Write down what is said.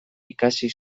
ikasi